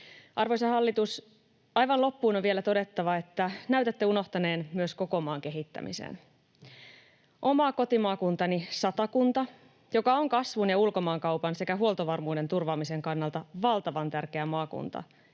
Arvoisa hallitus! Aivan loppuun on vielä todettava, että näytätte unohtaneen myös koko maan kehittämisen. Oma kotimaakuntani Satakunta, joka on kasvun ja ulkomaankaupan sekä huoltovarmuuden turvaamisen kannalta valtavan tärkeä maakunta,